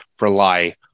rely